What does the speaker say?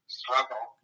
struggle